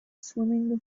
swimming